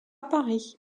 paris